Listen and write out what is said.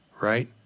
Right